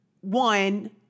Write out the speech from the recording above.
one